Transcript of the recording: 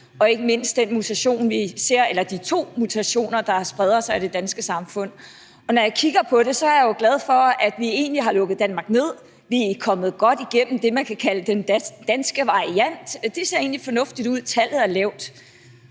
og ikke mindst de to mutationer, der spreder sig i det danske samfund, og når jeg kigger på det, er jeg jo egentlig glad for, at vi har lukket Danmark ned. Vi er kommet godt igennem det, man kan kalde den danske variant, for det ser egentlig fornuftigt ud, tallet er lavt.